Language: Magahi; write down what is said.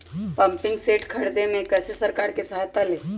पम्पिंग सेट के ख़रीदे मे कैसे सरकार से सहायता ले?